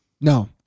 No